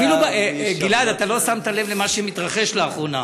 שעזב, גלעד, אתה לא שמת לב למה שמתרחש לאחרונה.